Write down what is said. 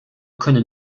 können